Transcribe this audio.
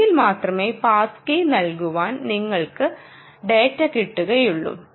എങ്കിൽ മാത്രമേ pass key നൽകുമ്പോൾ നിങ്ങൾക്ക് ടാറ്റ കിട്ടുകയുള്ളു